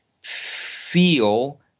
feel